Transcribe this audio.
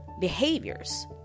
behaviors